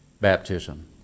Baptism